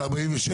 על 47?